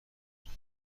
دارم